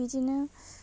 बिदिनो